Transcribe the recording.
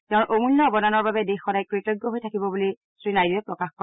তেওঁৰ অমূল্য অৱদানৰ বাবে দেশ সদায় কৃতজ্ঞ হৈ থাকিব বুলি শ্ৰীনাইডুৱে প্ৰকাশ কৰে